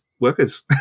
workers